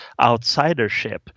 outsidership